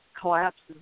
collapses